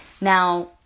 Now